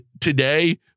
today